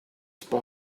spy